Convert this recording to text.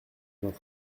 vingt